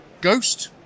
ghost